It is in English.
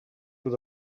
with